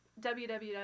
www